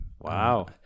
Wow